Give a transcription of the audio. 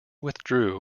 withdrew